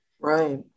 Right